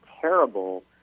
terrible